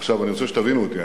עכשיו, אני רוצה שתבינו אותי.